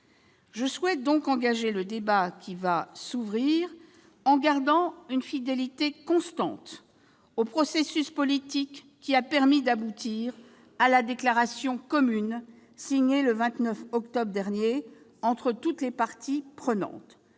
Je souhaite donc engager le débat qui va s'ouvrir en gardant une fidélité constante au processus politique qui a permis d'aboutir à la déclaration commune signée, le 29 octobre dernier, entre toutes les parties prenantes.